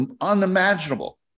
unimaginable